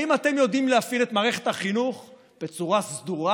האם אתם יודעים להפעיל את מערכת החינוך בצורה סדורה?